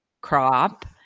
crop